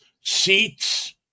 seats